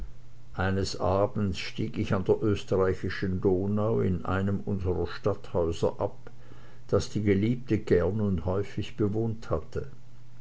eines abends stieg ich an der österreichischen donau in einem unserer stadthäuser ab das die geliebte gern und häufig bewohnt hatte